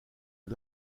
est